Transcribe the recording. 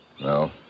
No